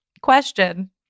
question